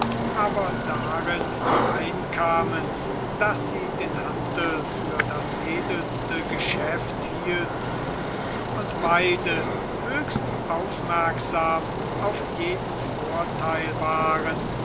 aber darin übereinkamen daß sie den handel für das edelste geschäft hielten und beide höchst aufmerksam auf jeden vorteil waren